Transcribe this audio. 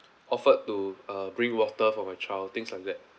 offered to uh bring water to my child things like that